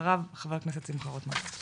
לאחריו חברת הכנסת שמחה רוטמן.